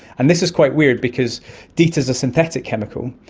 and this is quite weird because deet is a synthetic chemical,